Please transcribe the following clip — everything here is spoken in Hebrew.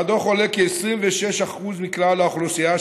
מהדוח עולה כי 26% מכלל האוכלוסייה,